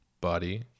body